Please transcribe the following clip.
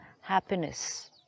happiness